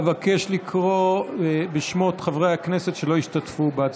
אבקש לקרוא בשמות חברי הכנסת שלא השתתפו בהצבעה.